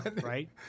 Right